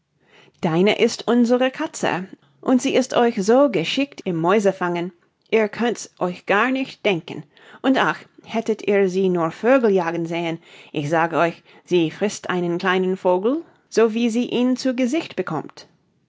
dinah ist unsere katze und sie ist euch so geschickt im mäusefangen ihr könnt's euch gar nicht denken und ach hättet ihr sie nur vögel jagen sehen ich sage euch sie frißt einen kleinen vogel so wie sie ihn zu gesicht bekommt